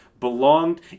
belonged